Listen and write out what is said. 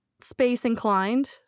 space-inclined